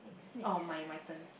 oh my my turn